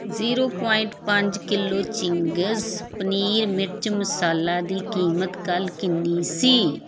zero point ਪੰਜ kilo Ching's paneer ਮਿਰਚ ਮਸਾਲਾ ਦੀ ਕੀਮਤ ਕੱਲ੍ਹ ਕਿੰਨੀ ਸੀ